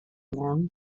long